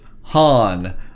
Han